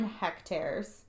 hectares